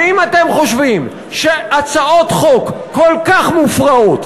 ואם אתם חושבים שהצעות חוק כל כך מופרעות,